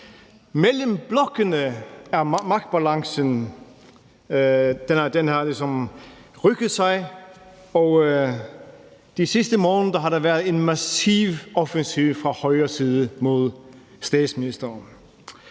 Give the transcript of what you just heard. Mellem blokkene har magtbalancen ligesom rykket sig, og de sidste måneder har der været en massiv offensiv fra højre side mod statsministeren.